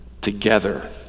together